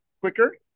quicker